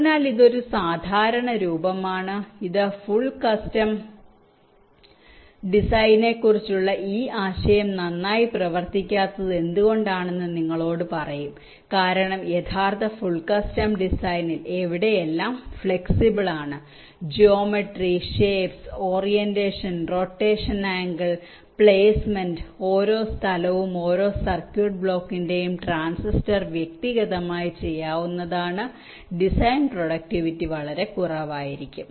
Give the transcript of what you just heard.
അതിനാൽ ഇത് ഒരു സാധാരണ രൂപമാണ് ഇത് ഫുൾ കസ്റ്റം ഡിസൈനെക്കുറിച്ചുള്ള ഈ ആശയം നന്നായി പ്രവർത്തിക്കാത്തത് എന്തുകൊണ്ടാണെന്ന് നിങ്ങളോട് പറയും കാരണം യഥാർത്ഥ ഫുൾ കസ്റ്റം ഡിസൈനിൽ എവിടെ എല്ലാം ഫ്ലെക്സിബിൾ ആണ് geometry shapes orientation rotation angle placement ഓരോ സ്ഥലവും ഓരോ സർക്യൂട്ട് ബ്ലോക്കിന്റെയും ട്രാൻസിസ്റ്റർ വ്യക്തിഗതമായി ചെയ്യാവുന്നതാണ് ഡിസൈൻ പ്രൊഡക്ടിവിറ്റി വളരെ കുറവായിരിക്കും